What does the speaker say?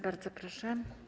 Bardzo proszę.